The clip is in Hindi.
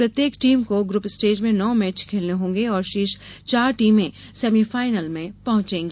प्रत्येक टीम को ग्रुप स्टेज में नौ मैच खेलने होंगे और शीर्ष चार टीमें सेमीफाइनल में पहुंचेंगी